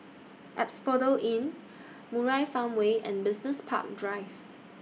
Asphodel Inn Murai Farmway and Business Park Drive